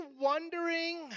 wondering